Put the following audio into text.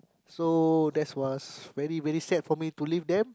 so that was very very sad for me to leave them